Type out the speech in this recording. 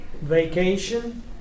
Vacation